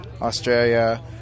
Australia